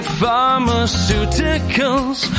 pharmaceuticals